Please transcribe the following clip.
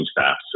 staff